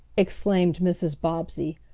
exclaimed mrs. bobbsey,